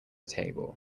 table